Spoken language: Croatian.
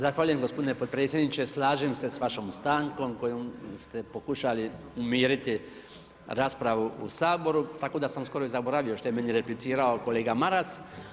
Zahvaljujem gospodine potpredsjedniče, slažem se sa vašom stankom kojom ste pokušali umiriti raspravu u Saboru tako da sam skoro i zaboravio što je meni replicirao kolega Mars.